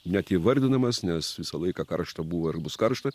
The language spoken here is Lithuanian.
net įvardinamas nes visą laiką karšta buvo ir bus karšta